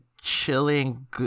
chilling